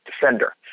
defender